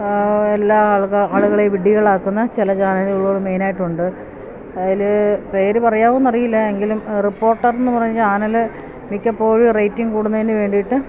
എല്ലാ ആളുകളെയും വിഡ്ഡികളാക്കുന്ന ചില ചാനലുകള് മെയിനായിട്ടുണ്ട് അതില് പേര് പറയാമോയെന്നറിയില്ല എങ്കിലും റിപ്പോർട്ടര് എന്ന് പറഞ്ഞ ചാനല് മിക്കപ്പോഴും റേറ്റിംഗ് കൂടുന്നതിന് വേണ്ടിയിട്ട്